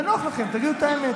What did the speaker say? זה נוח לכם, תגידו את האמת.